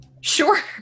Sure